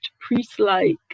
priest-like